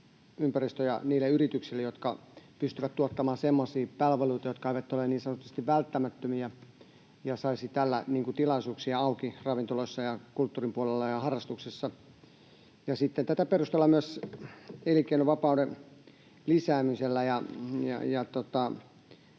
toimintaympäristöjä niille yrityksille, jotka pystyvät tuottamaan semmoisia palveluita, jotka eivät ole niin sanotusti välttämättömiä, ja tällä saisi tilaisuuksia auki ravintoloissa ja kulttuuripuolella ja harrastuksissa. Sitten tätä perustellaan myös elinkeinovapauden lisäämisellä ja